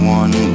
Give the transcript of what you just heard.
one